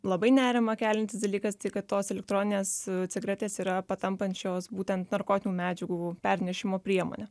labai nerimą keliantis dalykas tai kad tos elektroninės cigaretės yra patampančios būtent narkotinių medžiagų pernešimo priemone